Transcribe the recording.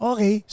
Okay